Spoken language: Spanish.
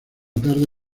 tarde